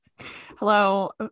Hello